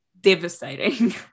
devastating